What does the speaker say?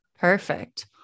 Perfect